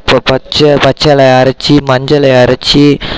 இப்போ பச்சை பச்சை இலையை அரைத்து மஞ்சளை அரைத்து